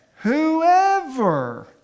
Whoever